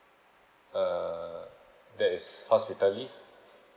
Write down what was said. uh that is hospital leave